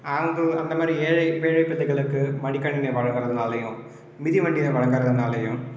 அந்த மாதிரி ஏழை ஏழை பித்துக்களுக்கு மடிக்கணினி வழங்குறதுனாலயும் மிதிவண்டிகள் வழங்குறதுனாலயும்